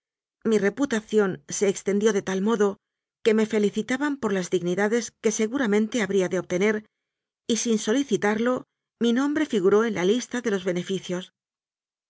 mi reputación se extendió de tal modo que me felicitaban por las dignidades que seguramente habría de obtener y sin solici tarlo mi nombre figuró en la lista de los